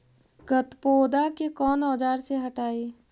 गत्पोदा के कौन औजार से हटायी?